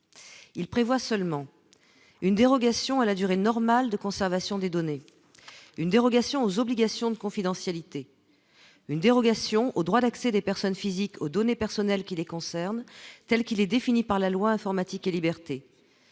il prévoit seulement une dérogation à la durée normale de conservation des données une dérogation aux obligations de confidentialité une dérogation au droit d'accès des personnes physiques aux données personnelles qui les concernent telle qu'il est défini par la loi Informatique et Libertés,